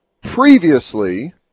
previously